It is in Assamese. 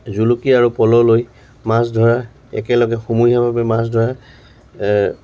জুলুকি আৰু পল'লৈ মাছ ধৰা একেলগে সমূহীয়াভাৱে মাছ ধৰা